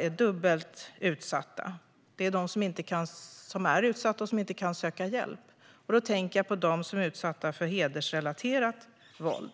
är dubbelt utsatta, det vill säga de är utsatta och kan inte söka hjälp. Jag tänker på dem som är utsatta för hedersrelaterat våld.